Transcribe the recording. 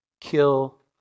kill